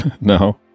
No